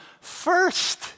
first